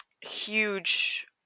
huge